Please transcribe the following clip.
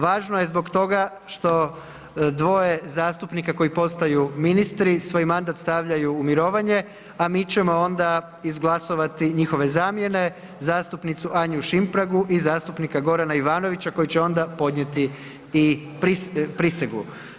Važno je zbog toga što dvoje zastupnike koji postaju ministri svoj mandat stavljaju u mirovanje, a mi ćemo onda izglasovati njihove zamjene, zastupnicu Anju Šimpragu i zastupnika Gorana Ivanovića koji će onda podnijeti i prisegu.